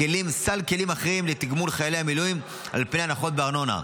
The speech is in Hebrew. סל כלים אחרים לתגמול חיילי המילואים על פני הנחות בארנונה.